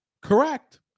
Correct